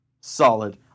Solid